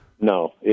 No